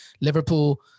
Liverpool